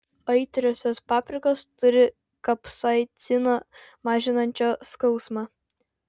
aitriosios paprikos turi kapsaicino mažinančio skausmą